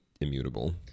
immutable